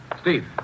Steve